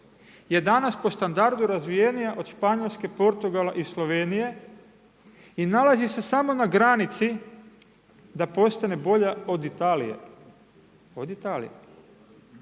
je danas po standardu razvijenija od Španjolske, Portugala i Slovenije i nalazi se samo na granici da postane bolja od Italije? Od Italije.